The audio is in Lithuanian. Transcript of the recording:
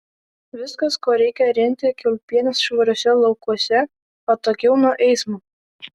viskas ko reikia rinkti kiaulpienes švariuose laukuose atokiau nuo eismo